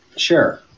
Sure